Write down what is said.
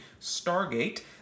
Stargate